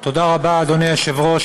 תודה רבה, אדוני היושב-ראש.